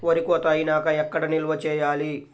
వరి కోత అయినాక ఎక్కడ నిల్వ చేయాలి?